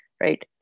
right